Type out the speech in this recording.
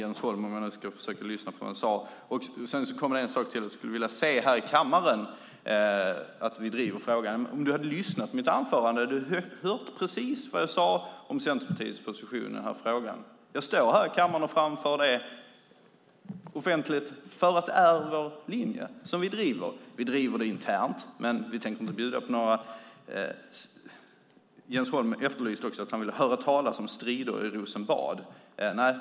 Jens Holm sade också att han skulle vilja se att vi drev frågan här i kammaren. Om du hade lyssnat på mitt anförande hade du hört vad jag sade om Centerpartiets position i den här frågan. Jag står här i kammaren och framför det offentligt eftersom det är vår linje. Vi driver den internt. Jens Holm vill höra om strider i Rosenbad.